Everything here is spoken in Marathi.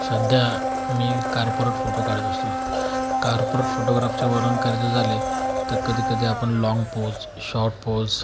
सध्या मी कार्पोरेट फोटो काढत असतो कार्पोरेट फोटोग्राफीवरून करायचे झाले तर कधीकधी आपण लाँग पोज शॉर्ट पोज